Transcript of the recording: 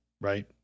right